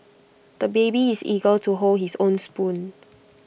the baby is eager to hold his own spoon